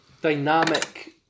dynamic